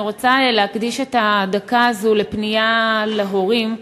אני רוצה להקדיש את הדקה הזאת לפנייה להורים,